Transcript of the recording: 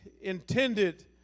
intended